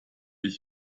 ich